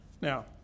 Now